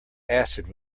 acid